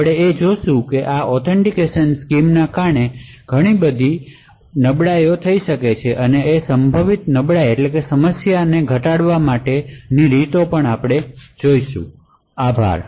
આપણે એ પણ જોશું કે આ ઔથેંતિકેશનસ્કીમને કારણે કેટલી બધી નબળાઇઓ થઈ શકે છે અને આ સંભવિત સમસ્યાઓને ઘટાડવાની રીતો પણ જોઈશું આભાર